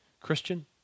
Christian